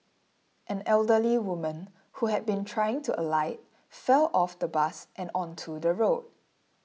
an elderly woman who had been trying to alight fell off the bus and onto the road